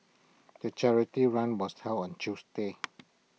the charity run was held on Tuesday